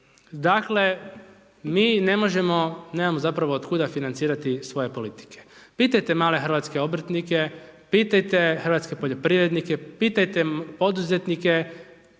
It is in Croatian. dakle, mi ne možemo, nemamo zapravo od kuda financirati svoje politike. Pitajte male hrvatske obrtnike, pitajte hrvatske poljoprivrednike, pitajte poduzetnike,